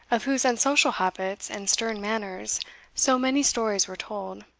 of whose unsocial habits and stern manners so many stories were told,